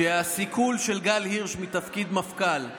שהסיכול של גל הירש בתפקיד מפכ"ל,